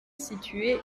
située